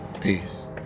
Peace